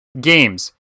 games